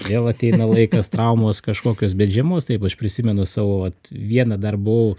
vėl ateina laikas traumos kažkokios bet žiemos taip aš prisimenu savo vat vieną dar buvau